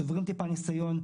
צוברים טיפה ניסיון,